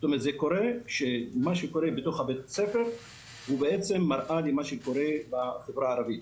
מה שקורה בתוך בית הספר הוא בעצם מראה למה שקורה בחברה הערבית.